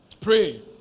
Pray